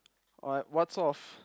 alright what sort of